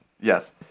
Yes